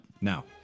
now